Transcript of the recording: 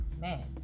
man